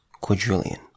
quadrillion